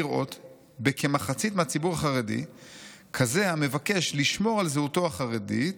לראות בכמחצית מהציבור החרדי כזה המבקש לשמור על זהותו החרדית,